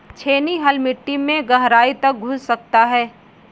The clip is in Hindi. छेनी हल मिट्टी में गहराई तक घुस सकता है